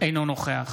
אינו נוכח